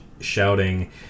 shouting